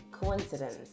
coincidence